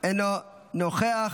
אינו נוכח,